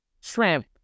shrimp